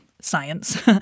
science